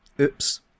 oops